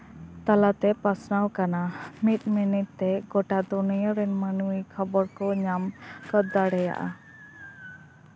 ᱛᱟᱞᱟᱛᱮ ᱯᱟᱥᱱᱟᱜ ᱠᱟᱱᱟ ᱢᱤᱫ ᱢᱤᱱᱤᱴ ᱛᱮ ᱜᱚᱴᱟ ᱫᱩᱱᱤᱭᱟᱹ ᱨᱮᱱ ᱢᱟᱹᱱᱢᱤ ᱠᱚ ᱠᱷᱚᱵᱚᱨ ᱠᱚ ᱧᱟᱢ ᱫᱟᱲᱮᱭᱟᱜᱼᱟ